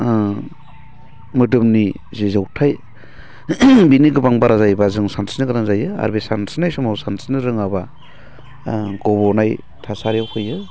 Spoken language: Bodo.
मोदोमनि जि जौथाय बिनि गोबां बारा जायोबा जों सानस्रिनो गोनां जायो आरो बे सानस्रिनाय समाव सानस्रिनो रोङाबा गबनाय थासारियाव फैयो